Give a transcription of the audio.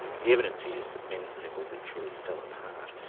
the evidence is that many people literally fell apart.